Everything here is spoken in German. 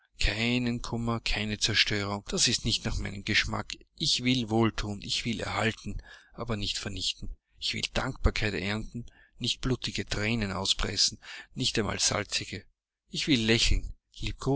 keinen kummer keine zerstörung das ist nicht nach meinem geschmack ich will wohlthun ich will erhalten aber nicht vernichten ich will dankbarkeit ernten nicht blutige thränen auspressen nicht einmal salzige ich will lächeln